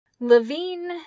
Levine